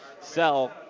sell